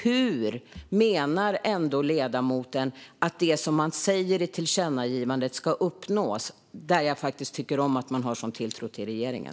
Hur menar ledamoten att det som sägs i tillkännagivandet ändå ska uppnås? Men jag tycker såklart om att man har en sådan tilltro till regeringen.